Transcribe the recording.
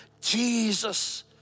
Jesus